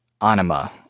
anima